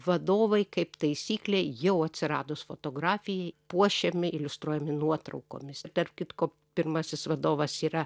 vadovai kaip taisyklė jau atsiradus fotografijai puošiami iliustruojami nuotraukomis ir tarp kitko pirmasis vadovas yra